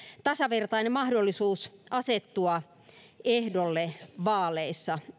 tasavertainen mahdollisuus asettua ehdolle vaaleissa